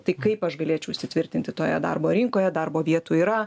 tai kaip aš galėčiau įsitvirtinti toje darbo rinkoje darbo vietų yra